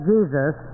Jesus